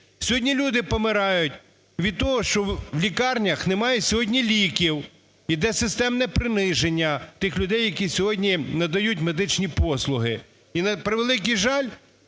Сьогодні люди помирають від того, що в лікарнях немає сьогодні ліків, іде системне приниження тих людей, які сьогодні надають медичні послуги. І, на превеликий жаль,